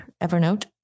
Evernote